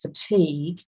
fatigue